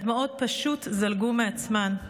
הדמעות פשוט זלגו מעצמן.